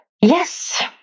Yes